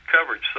coverage